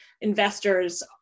investors